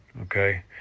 okay